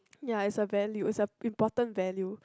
ya is a value is an important value